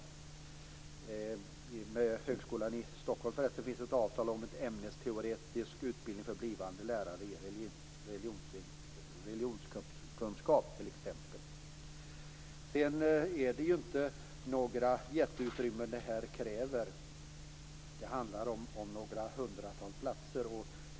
När det gäller högskolan i Stockholm finns det ett avtal om ämnesteoretisk utbildning för blivande lärare i religionskunskap t.ex. Det är inte jättelika utrymmen som här krävs, utan det handlar om något hundratal platser.